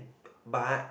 but